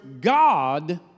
God